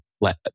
let